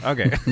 Okay